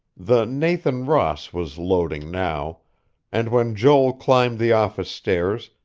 the nathan ross was loading now and when joel climbed the office stairs,